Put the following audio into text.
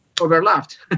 overlapped